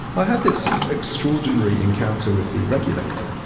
i had this extraordinary encounter with the regulator,